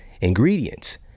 ingredients